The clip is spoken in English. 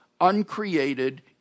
uncreated